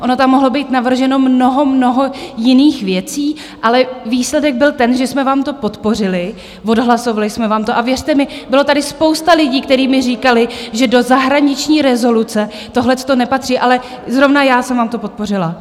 Ono tam mohlo být navrženo mnoho a mnoho jiných věcí, ale výsledek byl ten, že jsme vám to podpořili, odhlasovali jsme vám to, a věřte mi, byla tady spousta lidí, kteří mi říkali, že do zahraniční rezoluce tohleto nepatří, ale zrovna já jsem vám to podpořila.